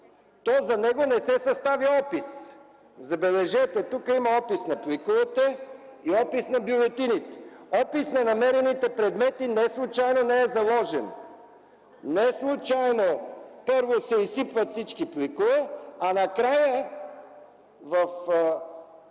– за него не се съставя опис. Забележете – тук има опис на пликовете и опис на бюлетините. Опис на намерените предмети неслучайно не е заложен. Неслучайно първо се изсипват всички пликове, а накрая в